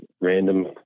random